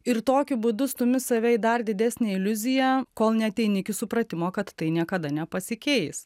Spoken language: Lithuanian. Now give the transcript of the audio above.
ir tokiu būdu stumi save į dar didesnę iliuziją kol neateini iki supratimo kad tai niekada nepasikeis